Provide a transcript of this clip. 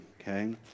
Okay